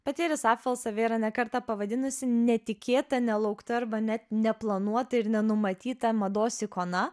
pati iris apfel save yra ne kartą pavadinusi netikėta nelaukta arba net neplanuota ir nenumatyta mados ikona